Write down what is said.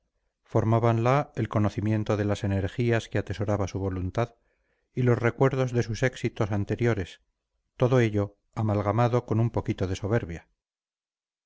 nunca formábanla el conocimiento de las energías que atesoraba su voluntad y los recuerdos de sus éxitos anteriores todo ello amalgamado con un poquito de soberbia